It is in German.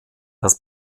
das